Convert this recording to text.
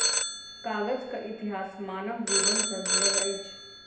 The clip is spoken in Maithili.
कागजक इतिहास मानव जीवन सॅ जुड़ल अछि